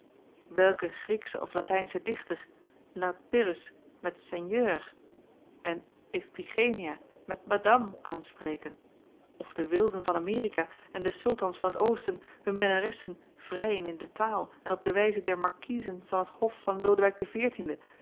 welke grieksche of latijnsche dichter laat pyrrhus met seigneur en ifpigenia met madame aanspreken of de wilden van amerika en de sultans van t oosten hun minnaressen vrijen in de taal en op de wijze der markiezen van t hof van lodewijk